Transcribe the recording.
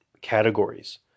categories